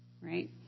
right